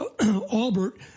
Albert